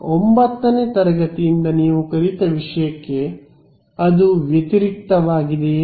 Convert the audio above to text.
ಆದ್ದರಿಂದ 9 ನೇ ತರಗತಿಯಿಂದ ನೀವು ಕಲಿತ ವಿಷಯಕ್ಕೆ ಅದು ವ್ಯತಿರಿಕ್ತವಾಗಿದೆಯೇ